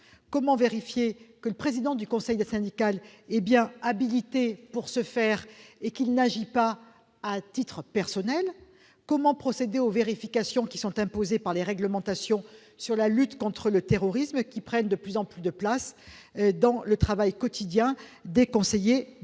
Comment vérifier que celui-ci est bien habilité pour ce faire et qu'il n'agit pas à titre personnel ? Comment procéder aux vérifications imposées par les réglementations sur la lutte contre le terrorisme, qui prennent de plus en plus de place dans le travail quotidien des conseillers